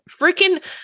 freaking